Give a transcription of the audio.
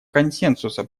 консенсуса